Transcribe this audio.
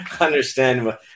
understand